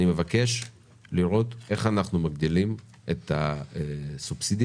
אני מבקש לראות איך אנחנו מגדילים את הסובסידיה